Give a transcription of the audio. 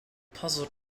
puzzle